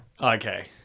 okay